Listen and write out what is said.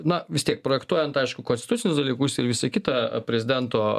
na vis tiek projektuojant aišku konstitucinius dalykus ir visa kita prezidento